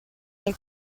nel